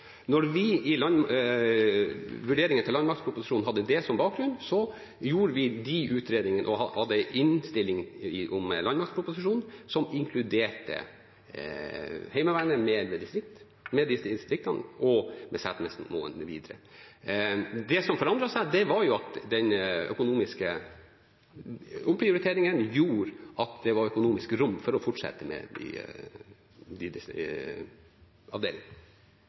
vi i vurderingene til landmaktproposisjonen hadde det som bakgrunn, gjorde vi de utredningene og hadde i landmaktproposisjonen en innstilling som inkluderte Heimevernet med distriktene og Setnesmoen mv. Det som forandret seg, var at den økonomiske omprioriteringen gjorde at det var økonomisk rom for å fortsette med